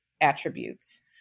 attributes